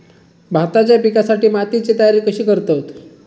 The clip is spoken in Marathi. भाताच्या पिकासाठी मातीची तयारी कशी करतत?